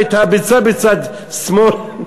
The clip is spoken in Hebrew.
ואת הביצה בצד שמאל,